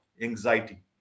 anxiety